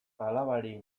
alabari